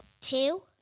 Two